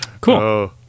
Cool